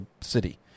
city